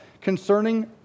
concerning